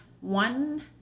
one